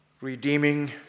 Redeeming